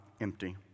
empty